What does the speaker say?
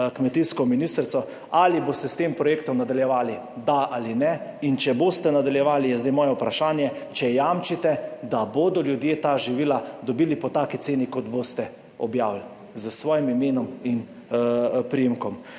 kmetijsko ministrico. Ali boste s tem projektom nadaljevali? Da ali ne. In če boste nadaljevali je zdaj moje vprašanje, če jamčite, da bodo ljudje ta živila dobili po taki ceni kot boste objavili s svojim imenom in priimkom.